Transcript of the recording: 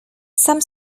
sam